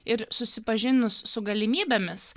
ir susipažinus su galimybėmis